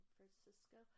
Francisco